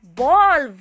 ball